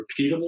repeatable